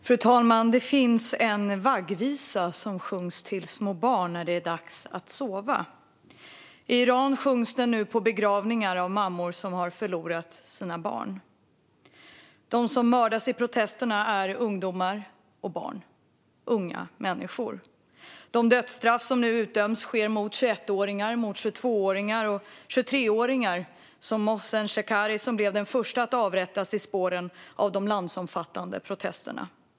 Fru talman! Det finns en vaggvisa som sjungs för små barn när det är dags att sova. I Iran sjungs den nu på begravningar av mammor som har förlorat sina barn. De som mördas i protesterna är ungdomar och barn, unga människor. De dödsstraff som nu utdöms sker mot 21-åringar, 22-åringar och 23åringar, som Mohsen Shekari som blev den förste att avrättas i spåren av de landsomfattande protesterna.